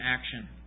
action